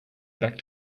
back